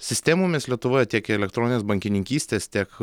sistemų lietuvoj tiek elektroninės bankininkystės tiek